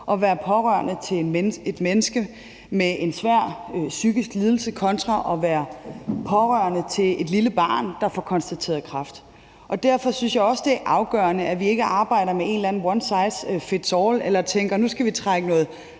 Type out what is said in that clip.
at være pårørende til et menneske med en svær psykisk lidelse og det at være pårørende til et lille barn, der får konstateret kræft. Derfor synes jeg også, det er afgørende, at vi ikke arbejder med one size fits all eller tænker, at nu skal vi trække noget